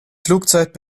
flugzeit